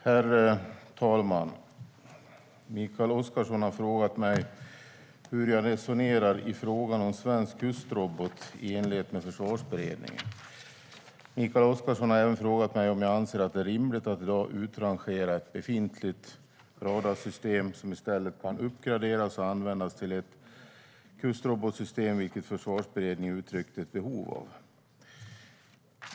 Herr talman! Mikael Oscarsson har frågat mig hur jag resonerar i frågan om svensk kustrobot i enlighet med Försvarsberedningen. Mikael Oscarsson har även frågat mig om jag anser att det är rimligt att i dag utrangera ett befintligt radarsystem som i stället kan uppgraderas och användas till ett kustrobotsystem, vilket Försvarsberedningen uttryckt ett behov av.